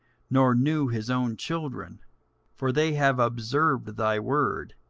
nor knew his own children for they have observed thy word,